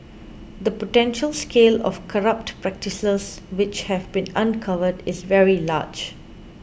the potential scale of corrupt practices which have been uncovered is very large